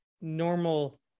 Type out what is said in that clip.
normal